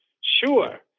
Sure